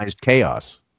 chaos